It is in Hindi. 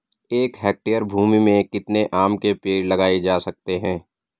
एक हेक्टेयर भूमि में कितने आम के पेड़ लगाए जा सकते हैं?